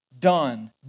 done